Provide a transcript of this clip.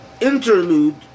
interlude